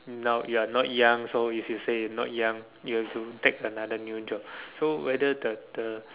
now you are not young so if you say you are not young you have to take another new job so whether the the